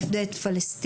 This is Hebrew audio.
נפדה את פלסטין",